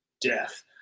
death